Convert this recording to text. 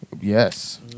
yes